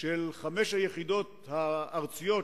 של חמש היחידות הארציות,